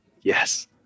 Yes